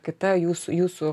kita jūsų jūsų